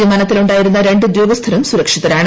വിമാനത്തിലുണ്ടായിരുന്ന രണ്ട് ഉദ്യോഗസ്ഥരും സുരക്ഷിതരാണ്